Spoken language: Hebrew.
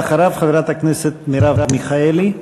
ואחריו, חברת הכנסת מרב מיכאלי.